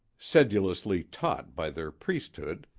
sedulously taught by their priesthood,